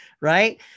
right